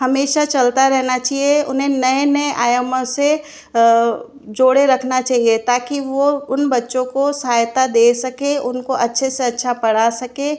हमेशा चलता रहना चाहिए उन्हें नए नए आयामों से जोड़े रखना चाहिए ताकी वो उन बच्चों को सहायता दे सकें उनको अच्छे से अच्छा पढ़ा सकें